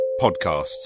podcasts